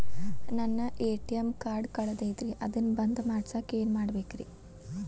ನನ್ನ ATM card ಕಳದೈತ್ರಿ ಅದನ್ನ ಬಂದ್ ಮಾಡಸಾಕ್ ಏನ್ ಮಾಡ್ಬೇಕ್ರಿ?